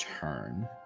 turn